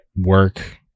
work